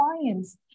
clients